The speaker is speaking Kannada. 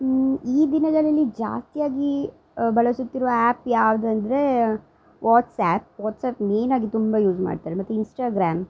ಈ ದಿನಗಳಲ್ಲಿ ಜಾಸ್ತಿಯಾಗೀ ಬಳಸುತ್ತಿರುವ ಆ್ಯಪ್ ಯಾವುದಂದ್ರೇ ವಾಟ್ಸ್ಆ್ಯಪ್ ವಾಟ್ಸ್ಆ್ಯಪ್ ಮೇಯ್ನ್ ಆಗಿ ತುಂಬ ಯೂಸ್ ಮಾಡ್ತಾರೆ ಮತ್ತು ಇನ್ಸ್ಟಾಗ್ರಾಮ್